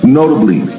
notably